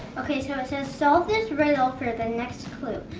okay so it says, solve this riddle for the next clue.